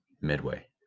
Midway